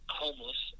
homeless